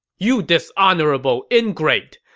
you dishonorable ingrate!